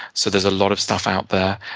so there's a lot of stuff out there.